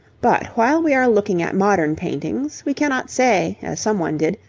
but while we are looking at modern paintings, we cannot say, as some one did,